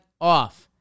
off